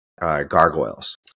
gargoyles